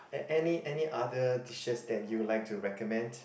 at any any other dishes that you would like to recommend